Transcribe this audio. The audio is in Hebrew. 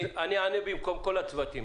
אני אענה במקום כל הצוותים.